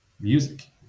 music